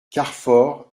carfor